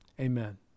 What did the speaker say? Amen